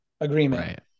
agreement